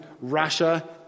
Russia